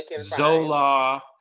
Zola